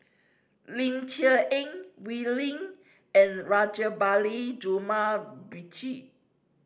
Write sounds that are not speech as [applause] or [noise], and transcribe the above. Ling Cher Eng Wee Lin and Rajabali [unintelligible]